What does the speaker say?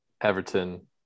Everton